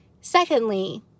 Secondly